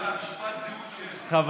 יש לך משפט סיום שלך,